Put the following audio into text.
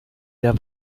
der